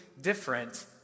different